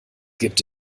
gibt